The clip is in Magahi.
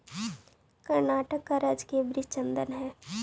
कर्नाटक का राजकीय वृक्ष चंदन हई